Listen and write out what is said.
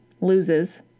loses